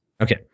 Okay